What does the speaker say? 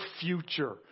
future